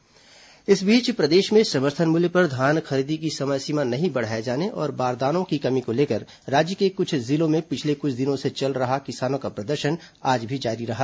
धान खरीदी प्रदर्शन इस बीच प्रदेश में समर्थन मूल्य पर धान खरीदी की समय सीमा नहीं बढ़ाए जाने और बारदानों की कमी को लेकर राज्य के कुछ जिलों में पिछले कुछ दिनों से चल रहे किसानों का प्रदर्शन आज भी जारी रहा